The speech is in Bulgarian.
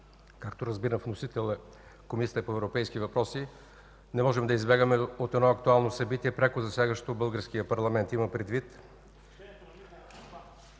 както разбирам, вносител е Комисията по европейските въпроси, не можем да избягаме от едно актуално събитие, пряко засягащо българския парламент. Имам предвид...